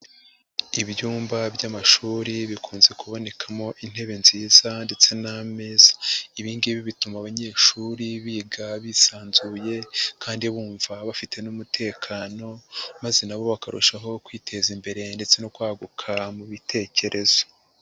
Ibyumba by'amashuri bikunze kubonekamo intebe nziza ndetse n'ameza, ibi ngibi bituma abanyeshuri biga bisanzuye kandi bumva bafite n'umutekano maze nabo bakarushaho kwiteza imbere ndetse no kwaguka mu bitekerezo.